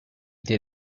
did